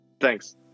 thanks